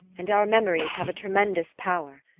and our memories have a tremendous power.